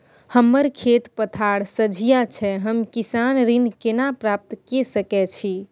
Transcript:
हमर खेत पथार सझिया छै हम किसान ऋण केना प्राप्त के सकै छी?